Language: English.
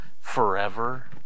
Forever